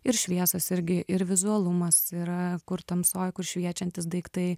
ir šviesos irgi ir vizualumas yra kur tamsoj kur šviečiantys daiktai